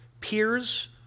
peers